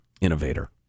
innovator